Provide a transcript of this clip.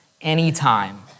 anytime